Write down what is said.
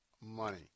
money